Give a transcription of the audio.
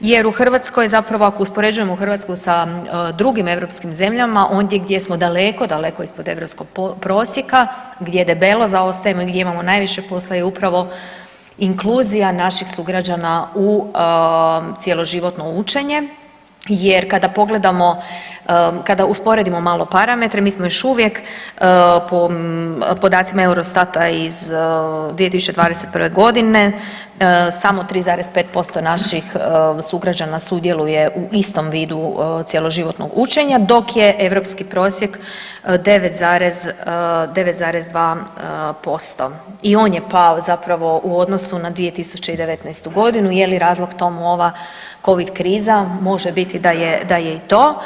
jer u Hrvatskoj zapravo ako uspoređujemo Hrvatsku sa drugim europskim zemljama, ondje gdje smo daleko, daleko ispod europskog prosjeka gdje debelo zaostajemo i gdje imamo najviše posla je upravo inkluzija naših sugrađana u cjeloživotno učenje jer kada pogledamo kada usporedimo malo parametre mi smo još uvijek po podacima Eurostata iz 2021.g. samo 3,5% naših sugrađana sudjeluje u istom vidu cjeloživotnog učenja dok je europski prosjek 9,2% i on je pao zapravo u odnosu na 2019.g. Je li razlog tomu ova covid kriza, može biti da je i to.